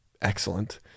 excellent